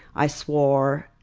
i swore.